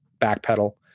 backpedal